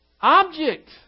object